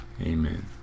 Amen